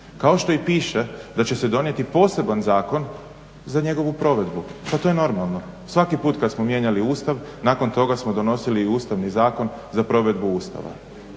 kao i što piše da će se donijeti poseban zakon za njegovu provedbu. Pa to je normalno. Svaki put kad smo mijenjali Ustav nakon toga smo donosili i Ustavni zakon za provedbu Ustava